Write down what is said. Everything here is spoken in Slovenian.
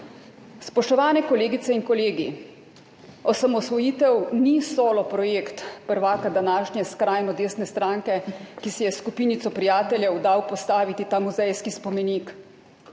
Spoštovane kolegice in kolegi, osamosvojitev ni solo projekt prvaka današnje skrajno desne stranke, ki si je s skupinico prijateljev dal postaviti ta muzejski spomenik.